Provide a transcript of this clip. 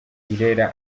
irera